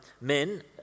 men